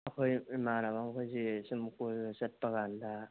ꯑꯩꯈꯣꯏ ꯏꯃꯥꯟꯅꯕ ꯃꯈꯣꯏꯁꯤ ꯁꯨꯝ ꯀꯣꯏꯕ ꯆꯠꯄ ꯀꯥꯟꯗ